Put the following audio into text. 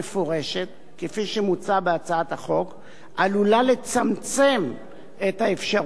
החוק עלולה לצמצם את האפשרות להרשיע נאשמים שביצעו